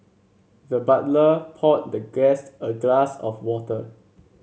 the butler poured the guest a glass of water